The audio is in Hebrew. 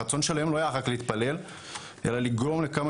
הרצון שלהם לא היה רק להתפלל אלא לגרום לכמה